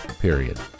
period